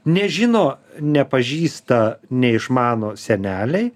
nežino nepažįsta neišmano seneliai